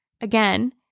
again